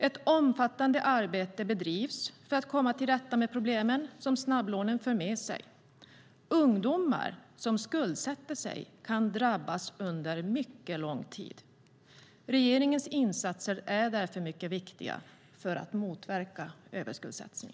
Ett omfattande arbete bedrivs för att komma till rätta med de problem som snabblånen för med sig. Ungdomar som skuldsätter sig kan drabbas under mycket lång tid. Regeringens insatser är därför mycket viktiga för att motverka överskuldsättning.